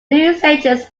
newsagent’s